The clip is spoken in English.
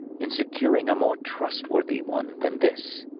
in securing a more trustworthy one than this.